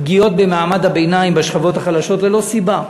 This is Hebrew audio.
פגיעות במעמד הביניים, בשכבות החלשות, ללא סיבה.